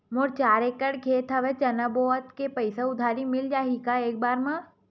मोर चार एकड़ खेत हवे चना बोथव के पईसा उधारी मिल जाही एक बार मा?